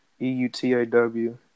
E-U-T-A-W